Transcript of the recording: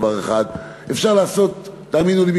דבר אחד: תאמינו לי,